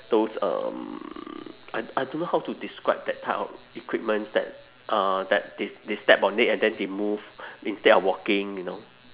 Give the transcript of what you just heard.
those um I I don't know how to describe that type of equipments that uh that they they step on it and then they move instead of walking you know